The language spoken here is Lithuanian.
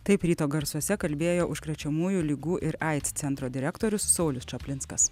taip ryto garsuose kalbėjo užkrečiamųjų ligų ir aids centro direktorius saulius čaplinskas